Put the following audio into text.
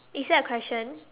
is that a question